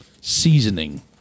seasoning